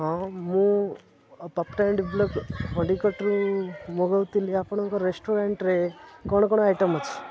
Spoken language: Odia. ହଁ ମୁଁ ପପ୍ଟାଇଡ଼ ବ୍ଲକ୍ ହଡ଼ିକଟରୁ ମଗଉଥିଲି ଆପଣଙ୍କ ରେଷ୍ଟୁରାଣ୍ଟରେ କ'ଣ କ'ଣ ଆଇଟମ୍ ଅଛି